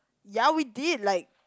ya we did like